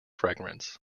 fragrance